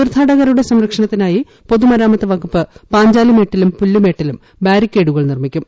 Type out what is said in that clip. തീർത്ഥാടകരുടെ സംരക്ഷണത്തിനായ് പൊതുമരാമത്ത് വകുപ്പ് പാഞ്ചാലിമേട്ടിലും പുല്ല് മേട്ടിലും ബാരിക്കേടുകൾ നിർമ്മിക്കും